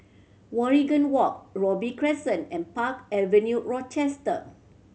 Waringin Walk Robey Crescent and Park Avenue Rochester